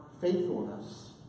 faithfulness